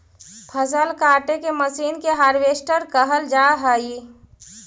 फसल काटे के मशीन के हार्वेस्टर कहल जा हई